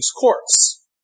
courts